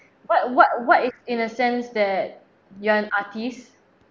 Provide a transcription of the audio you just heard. what what what is in a sense that you're an artist